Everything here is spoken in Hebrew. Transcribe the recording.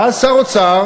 ואז השר אוצר,